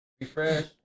Refresh